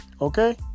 Okay